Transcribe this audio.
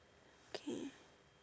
okay